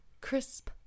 crisp